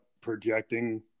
projecting